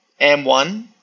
M1